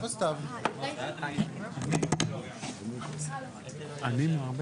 האם זה עובד